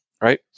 right